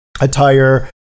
attire